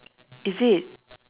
is it